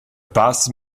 pass